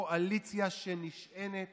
קואליציה שנשענת